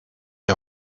est